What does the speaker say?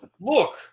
look